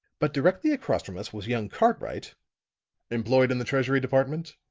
but directly across from us was young cartwright employed in the treasury department?